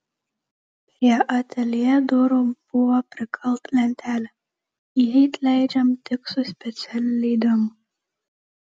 prie ateljė durų buvo prikalta lentelė įeiti leidžiama tik su specialiu leidimu